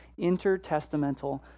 intertestamental